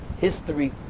history